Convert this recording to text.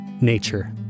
nature